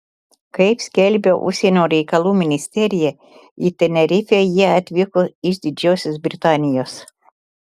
kaip skelbia užsienio reikalų ministerija į tenerifę jie atvyko iš didžiosios britanijos